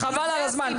חבל על הזמן.